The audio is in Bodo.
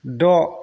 द'